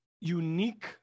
unique